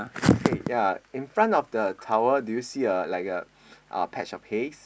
okay ya in front of the towel do you see a like a uh patch of hays